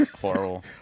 horrible